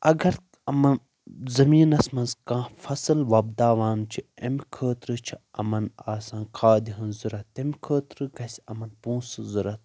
اگر یِمَن زٔمیٖنس منٛز کانہہ فصل وۄبداوان چھِ امہِ خٲطرٕ چھِ یِمن آسان کھادِ ہنٛز ضوٚرتھ تمہِ خٲطرٕ گژھِ یِمَن پونسہٕ ضوٚرتھ